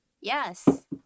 Yes